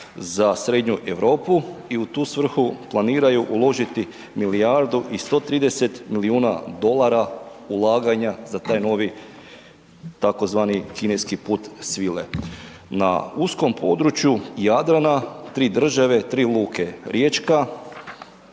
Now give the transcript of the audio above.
za srednju Europu i u tu svrhu planiraju uložiti milijardu i 130 milijuna dolara ulaganja za taj novi tzv. kineski Put svile. Na uskom području Jadrana, 3 države, 3 luke. Riječka,